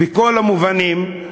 בכל המובנים,